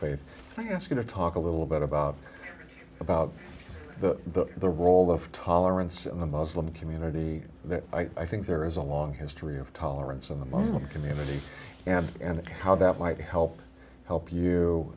faith i ask you to talk a little bit about about that the role of tolerance in the muslim community that i think there is a long history of tolerance of the muslim community and and how that might help help you